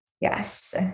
Yes